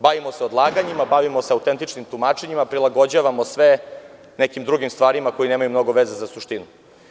Bavimo se odlaganjima, bavimo se autentičnim tumačenjima, prilagođavamo sve nekim drugim stvarima koje nemaju mnogo veze sa suštinom.